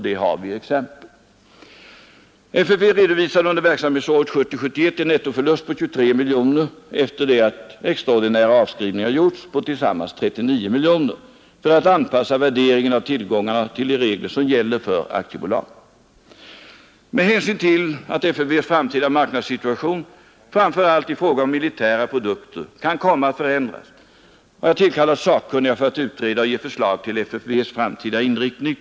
Vi har också exempel på det. FFV redovisade under verksamhetsåret 1970/71 en nettoförlust på 23 miljoner kronor, sedan extraordinära avskrivningar gjorts på tillsammans 39 miljoner för att anpassa värderingen av tillgångarna till de regler som gäller för aktiebolag. Med hänsyn till att FFV:s framtida marknadssituation, framför allt i fråga om militära produkter, kan komma att förändras har jag tillkallat sakkunniga för att utreda och framlägga förslag om FFV s framtida inriktning.